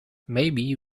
maybe